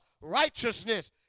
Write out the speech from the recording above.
righteousness